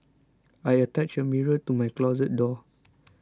I attached a mirror to my closet door